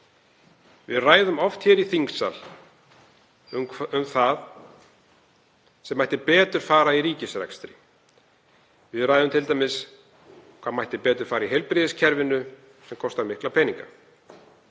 Við ræðum oft hér í þingsal um það sem betur mætti fara í ríkisrekstri. Við ræðum hvað betur mætti fara í heilbrigðiskerfinu sem kostar mikla peninga.